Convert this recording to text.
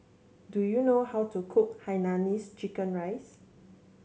do you know how to cook Hainanese Chicken Rice